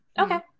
Okay